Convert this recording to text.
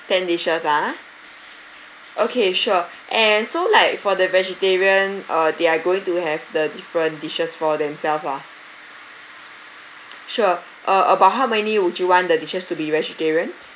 ten dishes ah okay sure and so like for the vegetarian uh they are going to have the different dishes for themselves ah sure uh about how many would you want the dishes to be vegetarian